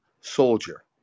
soldier